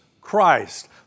Christ